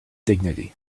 dignity